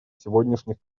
сегодняшних